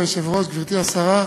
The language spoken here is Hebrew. חברי היושב-ראש, גברתי השרה,